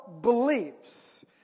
beliefs